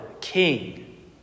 king